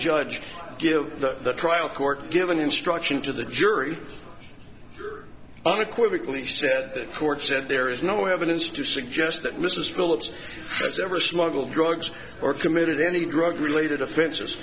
judge give the trial court give an instruction to the jury unequivocally said the court said there is no evidence to suggest that mrs phillips has ever smuggle drugs or committed any drug related offens